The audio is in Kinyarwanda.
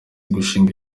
gushinga